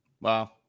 Wow